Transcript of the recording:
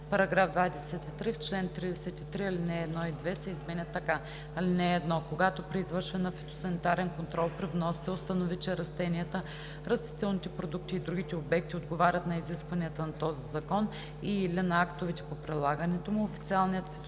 § 23: „§ 23. В чл. 33 ал. 1 и 2 се изменят така: „(1) Когато при извършване на фитосанитарен контрол при внос се установи, че растенията, растителните продукти и другите обекти отговарят на изискванията на този закон и/или на актовете по прилагането му,